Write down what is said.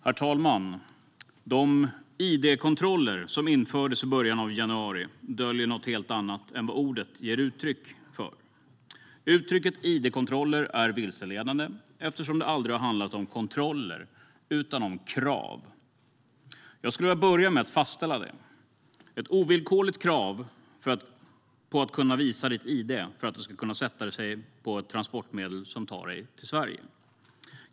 Herr talman! Id-kontrollerna som infördes i början av januari döljer något helt annat än ordet ger uttryck för. Uttrycket id-kontroller är vilseledande. Det har aldrig handlat om kontroller utan om krav. Jag vill börja med att fastställa det. Det är ett ovillkorligt krav på att man ska kunna visa ett id för att åka med på ett transportmedel till Sverige.